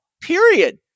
period